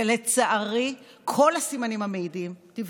ולצערי, כך הסימנים המעידים, תבדקו,